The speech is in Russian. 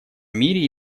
мире